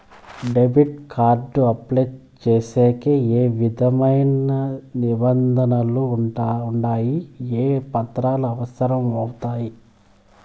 Debit card apply సేసేకి ఏ విధమైన నిబంధనలు ఉండాయి? ఏ పత్రాలు అవసరం అవుతాయి?